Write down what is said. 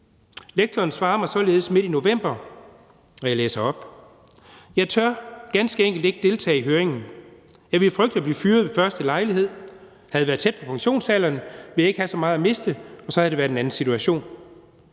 Lektoren svarer mig således midt i november, og jeg læser op: Jeg tør ganske enkelt ikke deltage i høringen. Jeg ville frygte at blive fyret ved første lejlighed. Havde jeg været tæt på pensionsalderen, ville jeg ikke have så meget at miste, og så havde det været en anden situation.